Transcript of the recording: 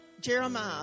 Jeremiah